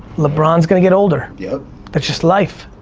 lebron's gonna get older yeah that's just life.